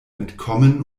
entkommen